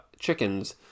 chickens